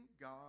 God